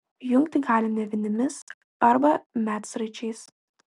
jungti galima vinimis arba medsraigčiais